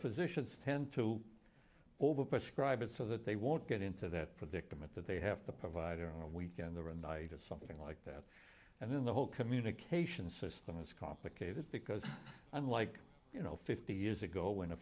physicians tend to overprescribe it so that they won't get into that predicament that they have to provide in a weekend or a night of something like that and then the whole communication system is complicated because unlike you know fifty years ago when a